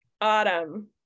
Autumn